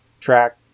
track